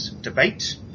debate